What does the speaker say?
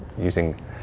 using